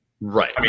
right